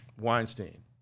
Weinstein